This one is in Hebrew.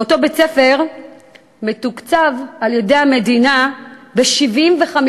ואותו בית-ספר מתוקצב על-ידי המדינה ב-75%.